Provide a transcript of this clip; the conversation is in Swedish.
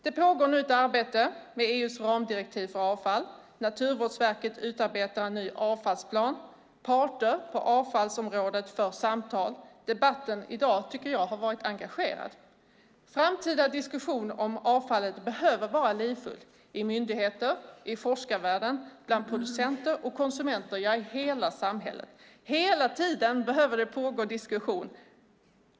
Det pågår nu ett arbete med EU:s ramdirektiv för avfall. Naturvårdsverket utarbetar en ny avfallsplan. Parter på avfallsområdet för samtal. Debatten i dag har varit engagerad, tycker jag. Framtida diskussion om avfallet behöver vara livfull i myndigheter, i forskarvärlden, bland producenter och konsumenter - ja, i hela samhället! Hela tiden behöver diskussion pågå.